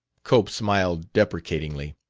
cope smiled deprecatingly.